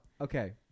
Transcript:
Okay